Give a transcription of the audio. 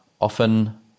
often